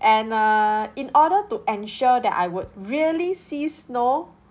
and err in order to ensure that I would really see snow